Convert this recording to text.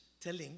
telling